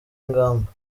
ingamba